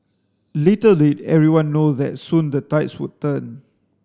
little did everyone know that soon the tides would turn